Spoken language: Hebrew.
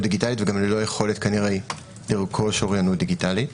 דיגיטלית וגם ללא יכולת כנראה לרכוש אוריינות דיגיטלית.